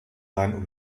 seinen